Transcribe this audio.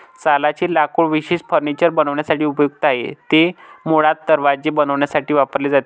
सालचे लाकूड विशेषतः फर्निचर बनवण्यासाठी उपयुक्त आहे, ते मुळात दरवाजे बनवण्यासाठी वापरले जाते